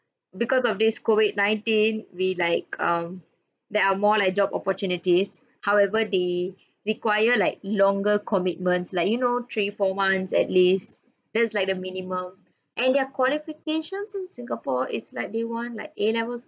because of this COVID nineteen we like um there are more like job opportunities however they require like longer commitments like you know three four months at least that's like the minimum and their qualifications in singapore is like they want like A levels